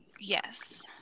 Yes